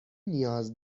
نیاز